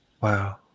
Wow